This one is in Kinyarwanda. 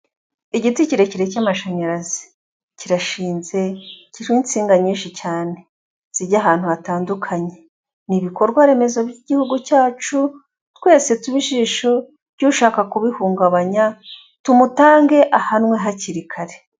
Igiti kirekire cy'amashanyarazi, kirashinze kirimo insinga nyinshi cyane zijya ahantu hatandukanye, ni ibikorwa remezo by'igihugu cyacu, twese tube ijisho ry'ushaka kubihungabanya, tumutange ahanwe hakiri kare.